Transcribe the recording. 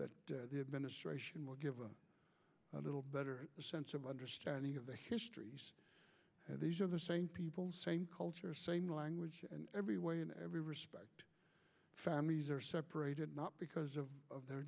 that the administration will give a little better sense of understanding of the history and these are the same people same culture same language and every way in every respect families are separated not because of